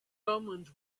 omens